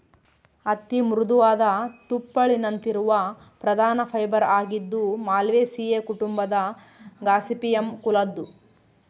ಹತ್ತಿ ಮೃದುವಾದ ತುಪ್ಪುಳಿನಂತಿರುವ ಪ್ರಧಾನ ಫೈಬರ್ ಆಗಿದ್ದು ಮಾಲ್ವೇಸಿಯೇ ಕುಟುಂಬದ ಗಾಸಿಪಿಯಮ್ ಕುಲದ್ದು